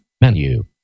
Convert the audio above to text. Menu